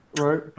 Right